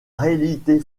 réalité